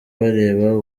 barebe